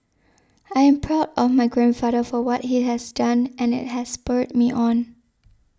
I am proud of my grandfather for what he has done and it has spurred me on